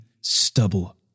stubble